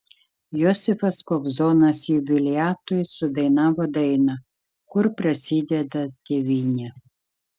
josifas kobzonas jubiliatui sudainavo dainą kur prasideda tėvynė